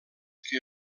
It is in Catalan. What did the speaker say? que